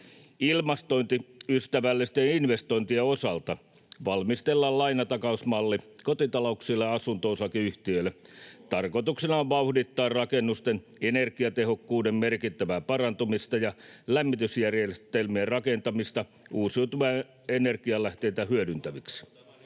Ilmastoystävällisten investointien osalta valmistellaan lainatakausmalli kotitalouksille ja asunto-osakeyhtiöille. Tarkoituksena on vauhdittaa rakennusten energiatehokkuuden merkittävää parantumista ja lämmitysjärjestelmien rakentamista uusiutuvia energianlähteitä hyödyntäviksi.